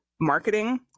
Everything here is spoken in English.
marketing